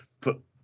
put